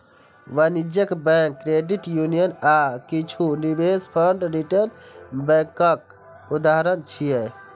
वाणिज्यिक bank, credit union आ किछु निवेश फंड रिटेल बैंकक उदाहरण छियै